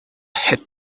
het